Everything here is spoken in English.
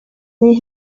they